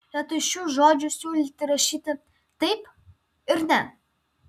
vietoj šių žodžių siūlyti rašyti taip ir ne